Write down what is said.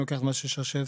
במקרה של שרשבסקי,